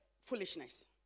foolishness